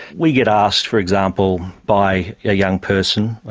we get asked, for example, by a young person,